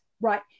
right